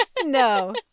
no